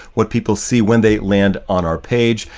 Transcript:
what people see when they land on our page.